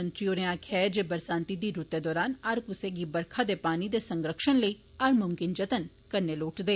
मोदी होरें आखेआ जे बरसांती दी रूतै दौरान हर कुसा गी बरखा दे पानी दे संरक्षण लेई हर मुमकिन जतन करना लोड़चदा